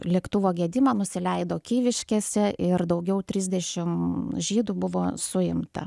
lėktuvo gedimą nusileido kyviškėse ir daugiau trisdešimt žydų buvo suimta